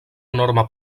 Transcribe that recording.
enorme